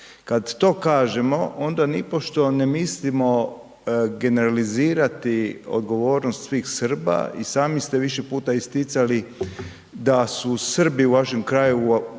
Kad to kažemo onda nipošto ne mislimo generalizirati odgovornost svih Srba, i sami ste više puta isticali da su Srbi u vašem kraju,